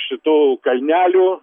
šitų kalnelių